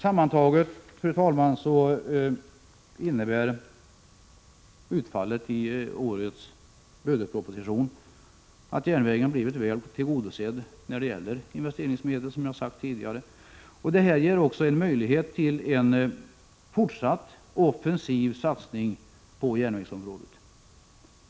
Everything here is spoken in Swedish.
Sammantaget, fru talman, innebär utfallet i årets budgetproposition att järnvägen har blivit väl tillgodosedd när det gäller investeringsmedel, vilket jag har sagt tidigare. Det ger också möjlighet till en fortsatt offensiv satsning på järnvägsområdet.